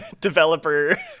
developer